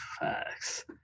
Facts